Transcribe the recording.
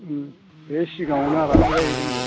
ओम बे सिगाङावनो आराम जिरायहैगोन दे